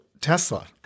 Tesla